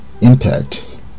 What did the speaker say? impact